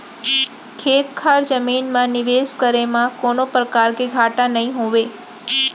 खेत खार जमीन म निवेस करे म कोनों परकार के घाटा नइ होवय